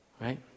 right